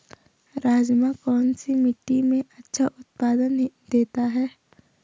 राजमा कौन सी मिट्टी में अच्छा उत्पादन देता है?